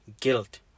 guilt